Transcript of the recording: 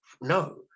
No